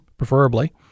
preferably